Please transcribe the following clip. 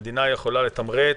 נכון שהמדינה יכולה לתמרץ,